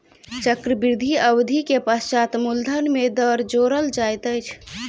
चक्रवृद्धि अवधि के पश्चात मूलधन में दर जोड़ल जाइत अछि